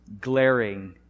glaring